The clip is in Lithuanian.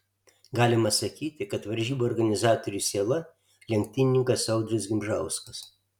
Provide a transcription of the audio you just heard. galima sakyti kad varžybų organizatorių siela lenktynininkas audrius gimžauskas